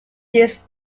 this